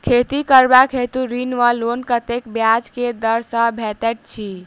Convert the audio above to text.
खेती करबाक हेतु ऋण वा लोन कतेक ब्याज केँ दर सँ भेटैत अछि?